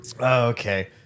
Okay